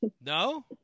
No